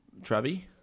Travi